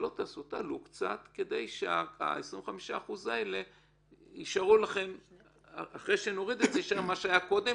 תעלו קצת כדי שאחרי שנוריד יישאר מה שהיה קודם,